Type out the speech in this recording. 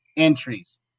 entries